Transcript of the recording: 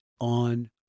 on